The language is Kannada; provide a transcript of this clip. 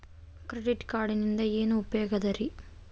ಕ್ರೆಡಿಟ್ ಕಾರ್ಡಿನಿಂದ ಏನು ಉಪಯೋಗದರಿ?